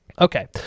Okay